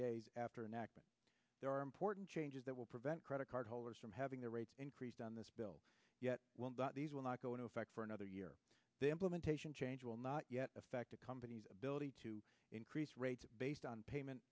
days after an act there are important changes that will prevent credit card holders from having their rates increased on this bill yet these will not go into effect for another year the implementation change will not yet affect a company's ability to increase rates based on payment